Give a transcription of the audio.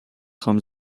خوام